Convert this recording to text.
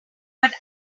but